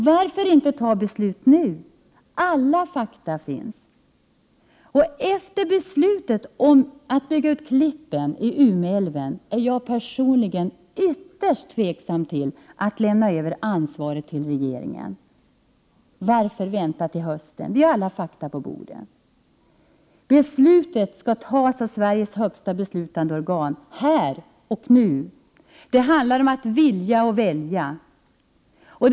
Varför inte fatta beslut nu? Alla fakta finns. Efter beslutet om utbyggnaden av Klippen i Umeälven är jag personligen ytterst tveksam att lämna över ansvaret till regeringen. Varför vänta till hösten? Vi har alla fakta på bordet. Beslutet skall fattas av Sveriges högsta beslutande organ, här och nu! Det handlar om att vilja och att välja.